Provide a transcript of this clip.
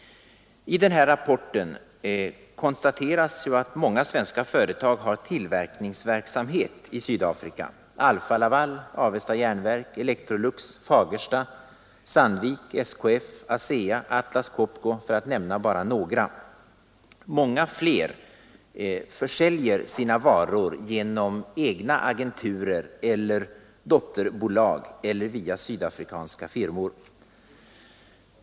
I rapporten konstateras att många svenska företag har tillverkningsverksamhet i Sydafrika: Alfa-Laval, Avesta Jernverk, Electrolux, Fagersta, Sandvik, SKF, ASEA och Atlas Copco, för att nämna bara några. Många fler försäljer sina varor genom egna agenturer eller dotterbolag eller via sydafrikanska firmor.